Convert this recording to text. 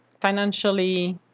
financially